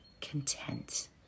content